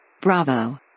Bravo